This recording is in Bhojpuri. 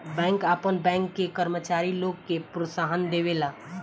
बैंक आपन बैंक के कर्मचारी लोग के प्रोत्साहन देवेला